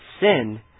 sin